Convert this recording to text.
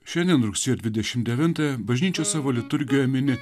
šiandien rugsėjo dvidešim devintąją bažnyčia savo liturgijoje mini